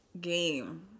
game